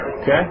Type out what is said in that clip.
okay